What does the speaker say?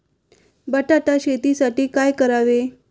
बटाटा शेतीसाठी काय करावे?